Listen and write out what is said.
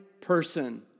person